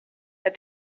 said